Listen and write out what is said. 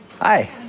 Hi